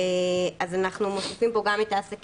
אז אנחנו ננסה לחשוב על ניסוח שמבהיר שהכוונה